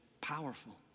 powerful